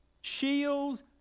shields